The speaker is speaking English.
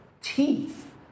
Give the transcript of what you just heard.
teeth